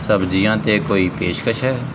ਸਬਜ਼ੀਆਂ ਤੇ ਕੋਈ ਪੇਸ਼ਕਸ਼ ਹੈ